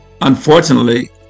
unfortunately